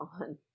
on